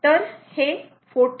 तर हे 14